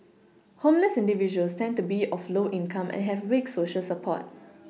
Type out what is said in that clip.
homeless individuals tend to be of low income and have weak Social support